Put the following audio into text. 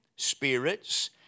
Spirits